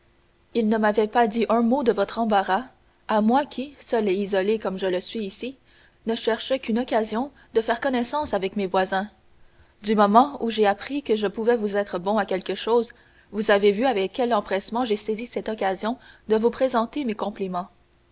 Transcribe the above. il ne m'avait pas dit un mot de votre embarras à moi qui seul et isolé comme je le suis ici ne cherchais qu'une occasion de faire connaissance avec mes voisins du moment où j'ai appris que je pouvais vous être bon à quelque chose vous avez vu avec quel empressement j'ai saisi cette occasion de vous présenter mes compliments